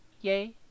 yay